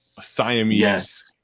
Siamese